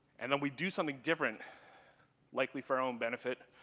and then we do something different likely for our own benefit